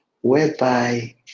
whereby